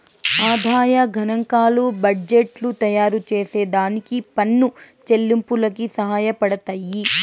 ఆదాయ గనాంకాలు బడ్జెట్టు తయారుచేసే దానికి పన్ను చెల్లింపులకి సహాయపడతయ్యి